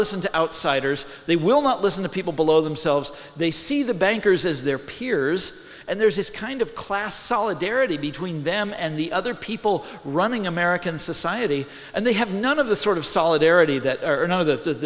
listen to outsiders they will not listen to people below themselves they see the bankers as their peers and there is this kind of class solidarity between them and the other people running american society and they have none of the sort of solidarity that are no